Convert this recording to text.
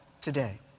today